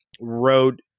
wrote